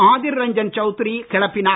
Adhir Ranjan Chowdhury கிளப்பினார்